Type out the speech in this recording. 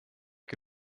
que